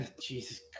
Jesus